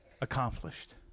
accomplished